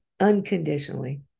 unconditionally